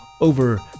over